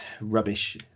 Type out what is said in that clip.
rubbish